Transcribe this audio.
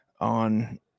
on